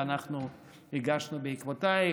ואנחנו הגשנו בעקבותייך.